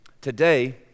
Today